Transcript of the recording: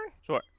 Sure